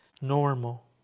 Normal